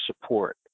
support